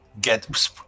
get